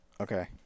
Okay